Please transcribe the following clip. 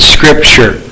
Scripture